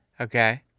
Okay